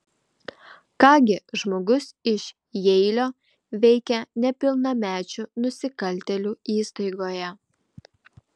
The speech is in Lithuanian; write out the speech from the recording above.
ką gi žmogus iš jeilio veikia nepilnamečių nusikaltėlių įstaigoje